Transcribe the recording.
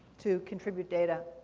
to contribute data.